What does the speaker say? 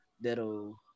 that'll